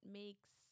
makes